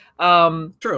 True